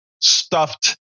stuffed